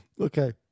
okay